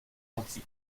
anti